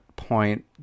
point